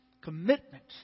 commitment